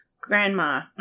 grandma